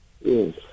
Yes